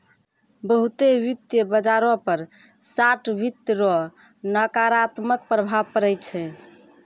बहुते वित्त बाजारो पर शार्ट वित्त रो नकारात्मक प्रभाव पड़ै छै